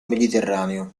mediterraneo